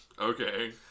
Okay